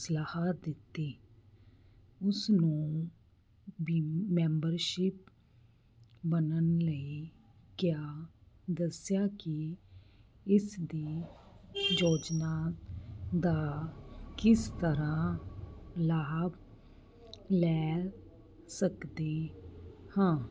ਸਲਾਹ ਦਿੱਤੀ ਉਸ ਨੂੰ ਵੀ ਮੈਂਬਰਸ਼ਿਪ ਬਣਨ ਲਈ ਕਿਹਾ ਦੱਸਿਆ ਕਿ ਇਸ ਦੀ ਯੋਜਨਾ ਦਾ ਕਿਸ ਤਰ੍ਹਾਂ ਲਾਭ ਲੈ ਸਕਦੇ ਹਾਂ